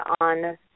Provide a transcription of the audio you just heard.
on